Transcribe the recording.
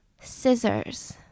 scissors